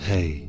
Hey